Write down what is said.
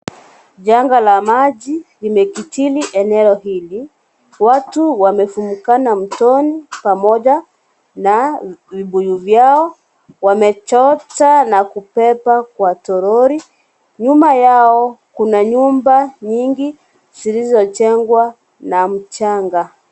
Janga la maji limekidhiri eneo hili. Watu wamefumukana mtoni pamoja na vibuyu vyao. Wamechota na kubeba kwa torori. Nyuma yao kuna nyumba nyingi zilizojengwa na mchanga.